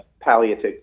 palliative